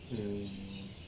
mm